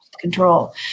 control